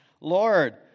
Lord